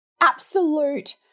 absolute